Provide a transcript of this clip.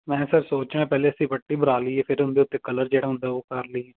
ਮੈਂ ਸਰ ਸੋਚ ਰਿਹਾ ਪਹਿਲੇ ਅਸੀਂ ਪੱਟੀ ਮਰਾ ਲਈਏ ਫੇਰ ਉਹਦੇ ਉੱਤੇ ਕਲਰ ਜਿਹੜਾ ਹੁੰਦਾ ਉਹ ਕਰ ਲਈਏ